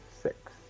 six